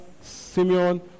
Simeon